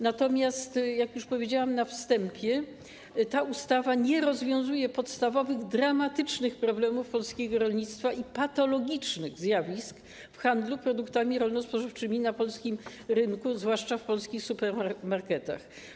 Natomiast, jak już powiedziałam na wstępie, ta ustawa nie rozwiązuje podstawowych dramatycznych problemów polskiego rolnictwa i patologicznych zjawisk w handlu produktami rolno-spożywczymi na polskim rynku, zwłaszcza w polskich supermarketach.